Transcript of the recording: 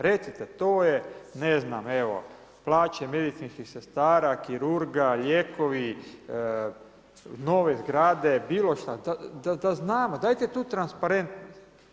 Recite to je ne znam, plaće medicinskih sestara, kirurga, lijekovi, nove zgrade bilo šta da znamo, dajte tu transparentnost.